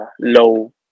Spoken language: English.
low